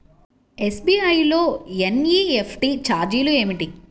SBI లో NEFT ఛార్జీలు ఏమిటి?